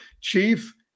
chief